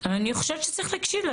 אני יכולה להגיב בבקשה?